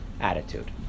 attitude